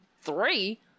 three